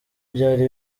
byari